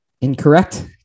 Incorrect